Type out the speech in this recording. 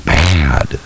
bad